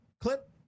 clip